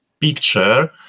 picture